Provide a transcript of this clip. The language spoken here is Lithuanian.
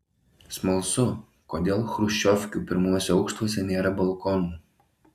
smalsu kodėl chruščiovkių pirmuose aukštuose nėra balkonų